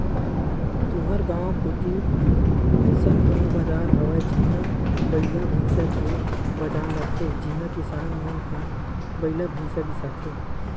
तुँहर गाँव कोती अइसन कोनो बजार हवय जिहां बइला भइसा के बजार लगथे जिहां किसान मन ह बइला भइसा बिसाथे